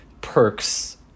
perks